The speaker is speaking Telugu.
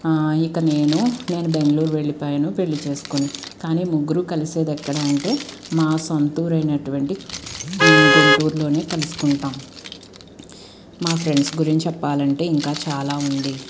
ఇక నేను నేను బెంగళూరు వెళ్ళిపోయాను పెళ్లి చేసుకొని కానీ ముగ్గురు కలిసేది ఎక్కడ అంటే మా సొంతూరైనటువంటి గుంటూరులోనే కలుసుకుంటాం మా ఫ్రెండ్స్ గురించి చెప్పాలంటే ఇంకా చాలా ఉంది